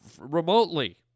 remotely